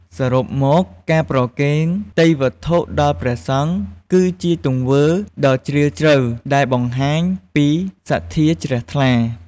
សរុបមក ការប្រគេនទេយ្យវត្ថុដល់ព្រះសង្ឃ គឺជាទង្វើដ៏ជ្រាលជ្រៅដែលបង្ហាញពីសទ្ធាជ្រះថ្លា។